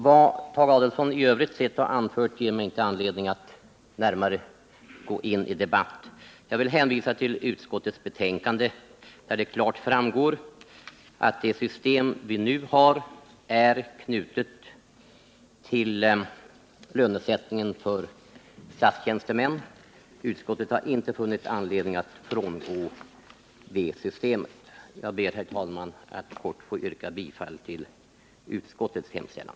Vad Tage Adolfsson i övrigt har anfört ger mig inte anledning att gå in i närmare debatt. Jag vill hänvisa till utskottets betänkande, där det klart framgår att det system vi nu har är knutet till lönesättningen för statstjänstemän. Utskottet har inte funnit anledning frångå det systemet. Jag ber, herr talman, att få yrka bifall till utskottets hemställan.